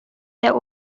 der